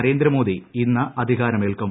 നരേന്ദ്രമോദി ഇന്ന് അധികാരമേൽക്കും